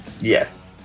Yes